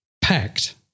packed